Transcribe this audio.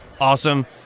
awesome